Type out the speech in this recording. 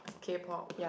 K-Pop